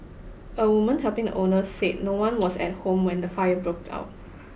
a woman helping the owner said no one was at home when the fire broke out